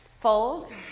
Fold